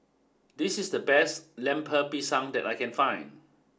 this is the best Lemper Pisang that I can find